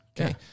Okay